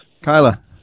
Kyla